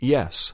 Yes